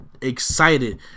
excited